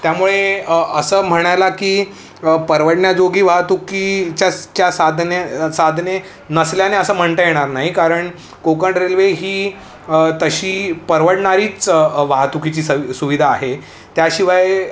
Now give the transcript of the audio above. त्यामुळे असं म्हणायला की परवडण्याजोगी वाहतुकीच्या च्या साधने साधने नसल्याने असं म्हणता येणार नाही कारण कोकण रेल्वे ही तशी परवडणारीच वाहतुकीची सवि सुविधा आहे त्याशिवाय